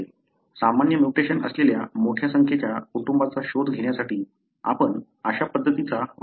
समान म्युटेशन असलेल्या मोठ्या संख्येच्या कुटुंबांचा शोध घेण्यासाठी आपण अशा पद्धतीचा वापर करतो